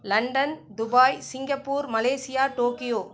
London Dubai Singapore Malaysia Tokyo